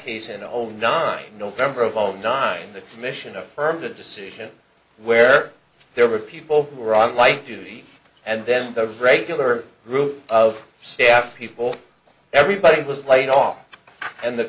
case in the whole nine november of zero nine the commission affirmed a decision where there were people who were on light duty and then those regular group of staff people everybody was laid off and the